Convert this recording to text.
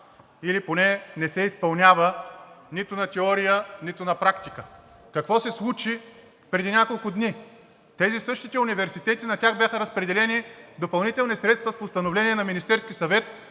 или поне не се изпълнява нито на теория, нито на практика. Какво се случи преди няколко дни? Тези същите университети, на тях бяха разпределени допълнителни средства с Постановление на Министерския съвет